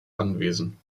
anwesen